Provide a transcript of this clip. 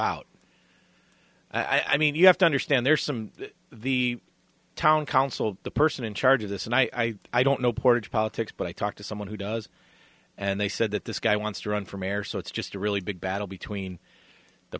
out i mean you have to understand there's some the town council the person in charge of this and i i don't know portage politics but i talk to someone who does and they said that this guy wants to run for mayor so it's just a really big battle between the